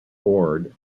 ord